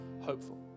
hopeful